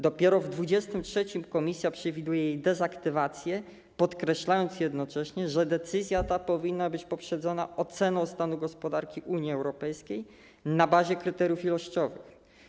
Dopiero w 2023 r. Komisja przewiduje jej dezaktywację, podkreślając jednocześnie, że decyzja ta powinna być poprzedzona oceną stanu gospodarki Unii Europejskiej na bazie kryteriów ilościowych.